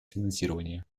финансирования